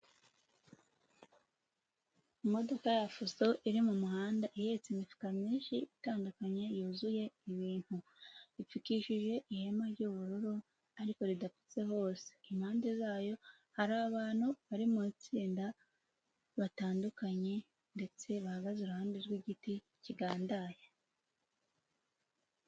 Imodoka ya Fuso iri mu muhanda ihetse imifuka myinshi itandukanye yuzuye ibintu. Ipfukishije ihema ry'ubururu ariko ridapfutse hose; impande zayo hari abantu bari mu itsinda batandukanye ndetse bahagaze iruhande rw'igiti kigandaye.